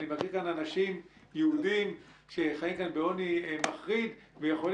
אני מכיר כאן אנשים יהודים שחיים כאן בעוני מחריד ויכול